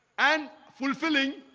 and fulfilling